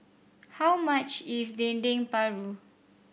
how much is Dendeng Paru